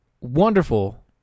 wonderful